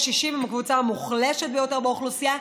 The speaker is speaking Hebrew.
קשישים הם הקבוצה המוחלשת ביותר באוכלוסייה,